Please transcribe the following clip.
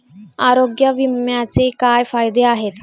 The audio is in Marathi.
आरोग्य विम्याचे काय फायदे आहेत?